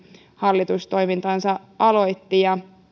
hallitus toimintansa aloitti